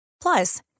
Plus